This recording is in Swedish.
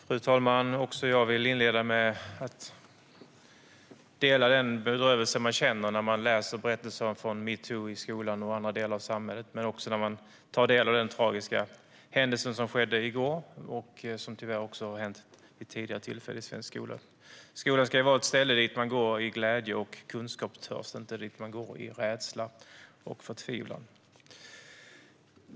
Fru talman! Även jag vill inleda med att uttrycka den bedrövelse jag känt när jag i samband med metoo läst berättelser från skolan och andra delar av samhället samt den bedrövelse jag kände när jag tog del av den tragiska händelse som inträffade i går - tyvärr har liknande händelser inträffat i svenska skolor vid tidigare tillfällen. Skolan ska vara en plats man går till med glädje och kunskapstörst - inte med rädsla och förtvivlan.